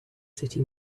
city